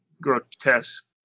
grotesque